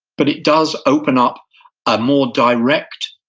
but it does open up a more direct,